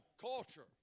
culture